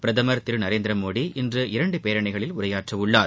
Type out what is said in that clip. பிரதமர் திரு நரேந்திரமோடி இன்று இரண்டு பேரணிகளில் உரையாற்றவுள்ளார்